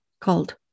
called